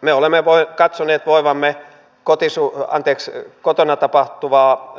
me olemme katsoneet voivamme kotona tapahtuvaa